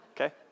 okay